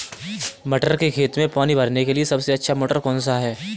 मटर के खेत में पानी भरने के लिए सबसे अच्छा मोटर कौन सा है?